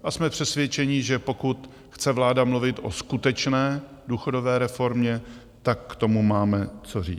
A jsme přesvědčeni, že pokud chce vláda mluvit o skutečné důchodové reformě, tak k tomu máme co říct.